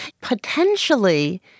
Potentially